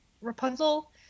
Rapunzel